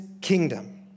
kingdom